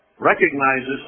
recognizes